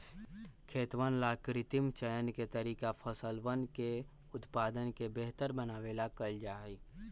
खेतवन ला कृत्रिम चयन के तरीका फसलवन के उत्पादन के बेहतर बनावे ला कइल जाहई